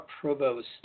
Provost